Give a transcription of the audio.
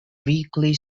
weekly